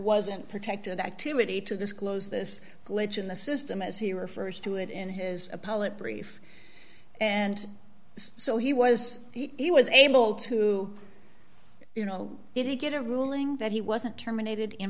wasn't protected activity to disclose this glitch in the system as he refers to it in his appellate brief and so he was he was able to you know if you get a ruling that he wasn't terminated in